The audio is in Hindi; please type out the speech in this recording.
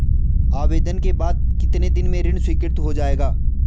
आवेदन के बाद कितने दिन में ऋण स्वीकृत हो जाएगा?